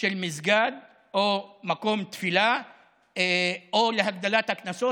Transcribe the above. של מסגד או מקום תפילה או להגדלת הקנסות.